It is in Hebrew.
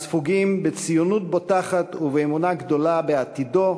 הספוגים בציונות בוטחת ובאמונה גדולה בעתידו,